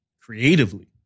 creatively